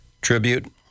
tribute